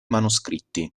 manoscritti